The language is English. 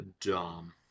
Dom